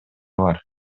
бар